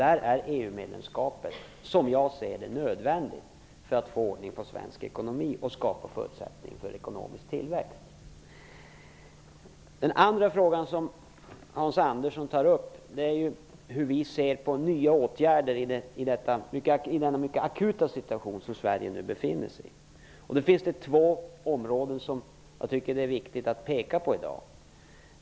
Därför är EU-medlemskapet, som jag ser det, nödvändigt för att få ordning på svensk ekonomi och skapa förutsättningar för ekonomisk tillväxt. Den andra frågan som Hans Andersson tar upp gäller hur vi ser på nya åtgärder i den mycket akuta situation som Sverige nu befinner sig i. Det finns två områden som det är viktigt att peka på i dag.